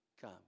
come